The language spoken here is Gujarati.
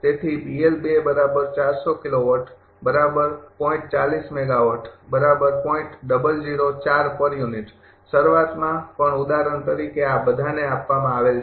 તેથી શરૂઆતમાં પણ ઉદાહરણ તરીકે આ બધાને આપવામાં આવેલ છે